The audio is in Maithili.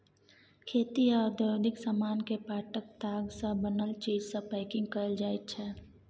खेती आ औद्योगिक समान केँ पाटक ताग सँ बनल चीज सँ पैंकिग कएल जाइत छै